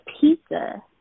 pizza